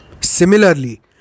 Similarly